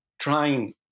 Trying